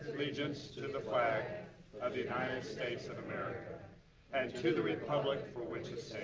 allegiance to the flag of the united states of america and to the republic for which